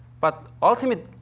but ultimately,